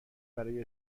برای